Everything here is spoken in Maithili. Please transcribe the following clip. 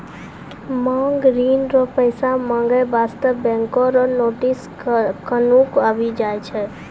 मांग ऋण रो पैसा माँगै बास्ते बैंको रो नोटिस कखनु आबि जाय छै